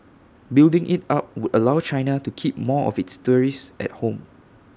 building IT up would allow China to keep more of its tourists at home